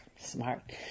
Smart